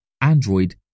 Android